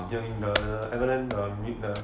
you are in the everland meet the